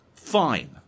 Fine